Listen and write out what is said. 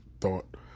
thought